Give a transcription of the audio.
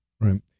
right